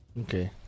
Okay